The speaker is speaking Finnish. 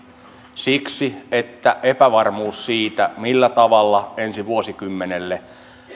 siksi että on epävarmuus siitä millä tavalla ensi vuosikymmenelle